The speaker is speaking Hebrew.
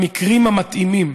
במקרים המתאימים.